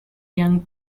young